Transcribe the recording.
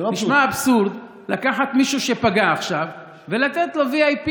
נשמע אבסורד לקחת מישהו שפגע עכשיו לתת לו VIP,